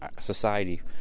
society